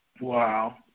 Wow